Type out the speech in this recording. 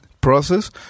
process